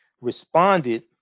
responded